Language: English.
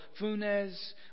Funes